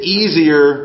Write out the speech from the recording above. easier